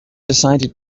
decided